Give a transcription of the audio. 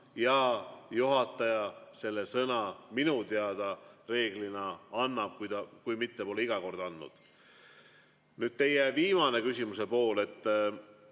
ja juhataja selle sõna minu teada reeglina annab, kui mitte pole iga kord andnud. Nüüd teie küsimuse viimane pool,